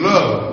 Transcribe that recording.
Love